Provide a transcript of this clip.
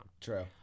True